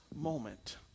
moment